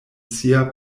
sia